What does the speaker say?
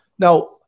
Now